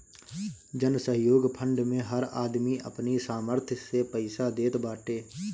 जनसहयोग फंड मे हर आदमी अपनी सामर्थ्य से पईसा देत बाटे